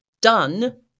done